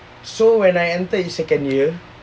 so when I entered in second year